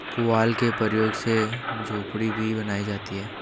पुआल के प्रयोग से झोपड़ी भी बनाई जाती है